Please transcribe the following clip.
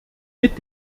mit